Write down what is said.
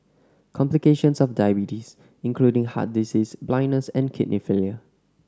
complications of diabetes including heart disease blindness and kidney failure